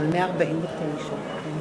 רבותי, אנחנו עוברים להצבעה